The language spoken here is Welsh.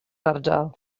ardal